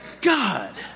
God